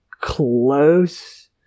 close